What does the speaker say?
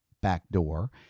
backdoor